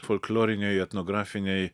folkloriniai etnografiniai